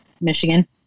Michigan